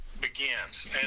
begins